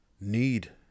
need